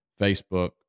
Facebook